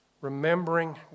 Remembering